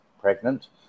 pregnant